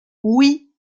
oui